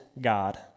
God